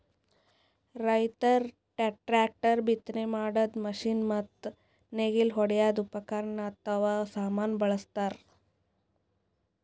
ರೈತರ್ ಟ್ರ್ಯಾಕ್ಟರ್, ಬಿತ್ತನೆ ಮಾಡದ್ದ್ ಮಷಿನ್ ಮತ್ತ್ ನೇಗಿಲ್ ಹೊಡ್ಯದ್ ಉಪಕರಣ್ ಅಥವಾ ಸಾಮಾನ್ ಬಳಸ್ತಾರ್